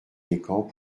descamps